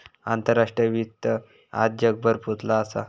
आंतराष्ट्रीय वित्त आज जगभर पोचला असा